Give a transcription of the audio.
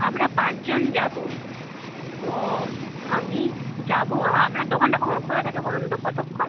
আমরা পাঁচজন যাব তো আমি যাব আপনার দোকানটা কখন খোলা থাকে বলুন তো কতক্ষণ